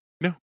No